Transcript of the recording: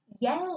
Yes